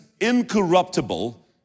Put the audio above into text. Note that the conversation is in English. incorruptible